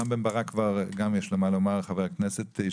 גם לחבר הכנסת רם בן ברק,